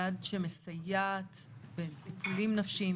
יד שמסייעת בטיפולים נפשיים?